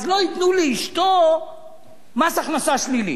אז לא ייתנו לאשתו מס הכנסה שלילי,